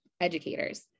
educators